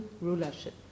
rulership